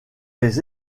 les